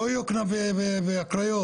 לא יוקנעם והקריות,